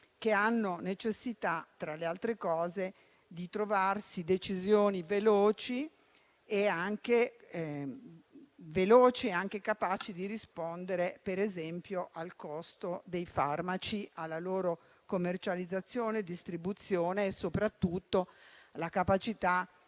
che hanno necessità, tra le altre cose, di individuare decisioni veloci, capaci di rispondere, per esempio, al costo dei farmaci, alla loro commercializzazione e distribuzione e, soprattutto, alla capacità